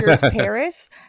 Paris